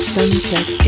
Sunset